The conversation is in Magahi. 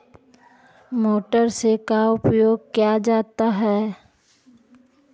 मोटर से का उपयोग क्या जाता है?